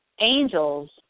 Angels